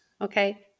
okay